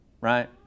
Right